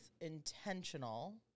intentional